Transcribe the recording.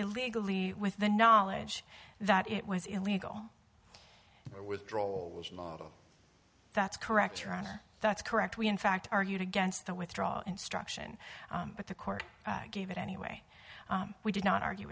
illegally with the knowledge that it was illegal withdrawal that's correct that's correct we in fact argued against the withdrawal instruction but the court gave it anyway we did not argue